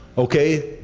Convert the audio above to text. ok,